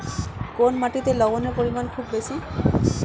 কোন মাটিতে লবণের পরিমাণ খুব বেশি?